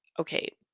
Okay